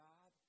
God